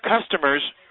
customers